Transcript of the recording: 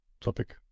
topic